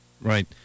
Right